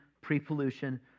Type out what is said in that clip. pre-pollution